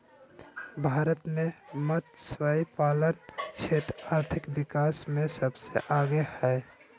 भारत मे मतस्यपालन क्षेत्र आर्थिक विकास मे सबसे आगे हइ